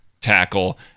tackle